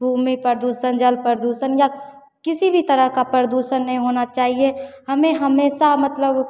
भूमि प्रदूषण जल प्रदूषण या किसी भी तरह का प्रदूषण नहीं होना चाहिए हमें हमेशा मतलब